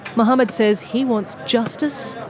mohammed says he wants justice,